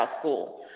school